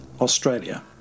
Australia